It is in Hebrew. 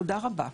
תודה רבה.